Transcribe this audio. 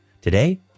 Today